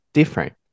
different